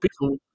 people